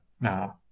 now